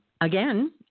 Again